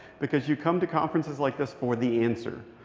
because you come to conferences like this for the answer.